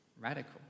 radical